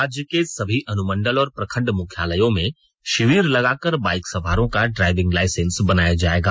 राज्य के सभी अनुमंडल और प्रखंड मुख्यालयों में शिविर लगाकर बाइक सवारों का ड्राइविंग लाइसेंस बनाया जाएगा